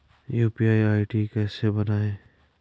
UPI ID कैसे बनायें?